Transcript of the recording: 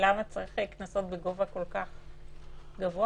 למה צריך קנסות בגובה כל-כך גבוה?